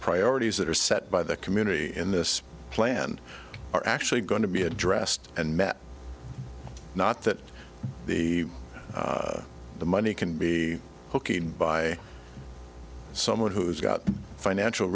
priorities that are set by the community in this plan are actually going to be addressed and met not that the the money can be ok bye someone who's got financial